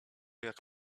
jak